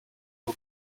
who